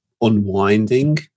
unwinding